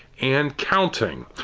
and counting.